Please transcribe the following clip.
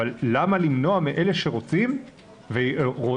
אבל למה למנוע מאלה שרוצים ויכולים?